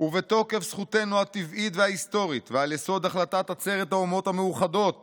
ובתוקף זכותנו הטבעית וההיסטורית ועל יסוד החלטת עצרת האומות המאוחדות